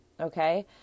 okay